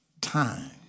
time